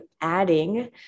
adding